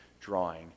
drawing